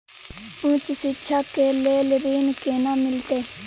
उच्च शिक्षा के लेल ऋण केना मिलते?